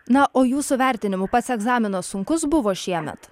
na o jūsų vertinimu pats egzaminas sunkus buvo šiemet